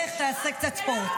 תלך, תלך, תעשה קצת ספורט.